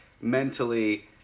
mentally